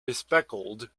bespectacled